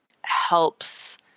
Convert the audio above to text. helps